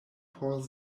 por